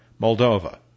Moldova